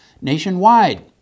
nationwide